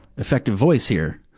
effective voice here.